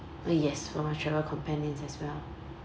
oh yes for my travel companions as well